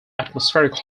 atmospheric